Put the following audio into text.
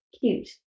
cute